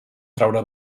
traure